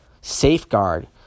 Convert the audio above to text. safeguard